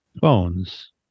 phones